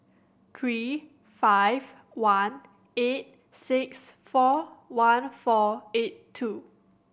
three five one eight six four one four eight two